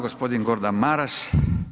G. Gordan Maras.